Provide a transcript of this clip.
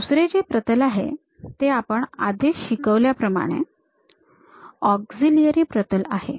हे दुसरे जे प्रतल आहे ते आपण आधीच शिकल्याप्रमाणे ऑक्सिलिअरी प्रतल आहे